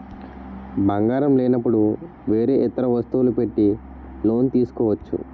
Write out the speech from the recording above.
బంగారం లేనపుడు వేరే ఇతర వస్తువులు పెట్టి లోన్ తీసుకోవచ్చా?